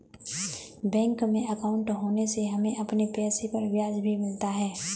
bank में अंकाउट होने से हमें अपने पैसे पर ब्याज भी मिलता है